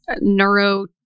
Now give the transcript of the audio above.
neuro